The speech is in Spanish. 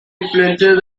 influencias